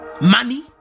Money